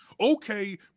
okay